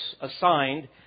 assigned